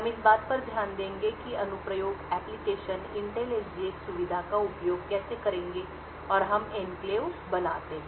हम इस बात पर ध्यान देंगे कि अनुप्रयोग इंटेल SGX सुविधा का उपयोग कैसे करेंगे और हम एन्क्लेव बनाते हैं